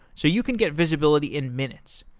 so you can get visibility in minutes.